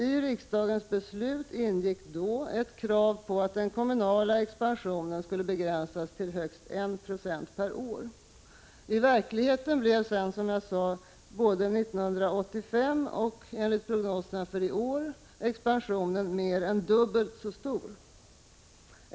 I riksdagens beslut ingick ett krav på att den kommunala expansionen skulle begränsas till högst 1 26 procent per år. I verkligheten blev expansionen, som jag sade, både 1985 och enligt prognoserna för i år mer än dubbelt så stor.